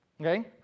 okay